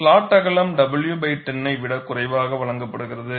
slot அகலம் w10 விட குறைவாக வழங்கப்படுகிறது